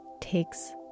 takes